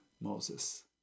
Moses